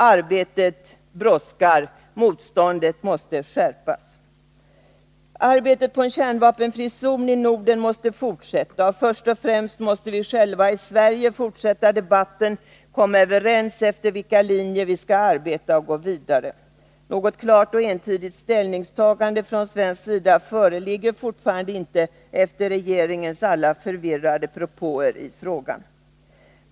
Arbetet brådskar, motståndet måste skärpas. Arbetet med en kärnvapenfri zon i Norden måste fortsätta. Först och främst måste vi i Sverige själva fortsätta debatten och komma överens om efter vilka linjer vi skall arbeta och gå vidare. Något klart och entydigt ställningstagande från svensk sida föreligger fortfarande inte efter regering ens alla förvirrade propåer i frågan.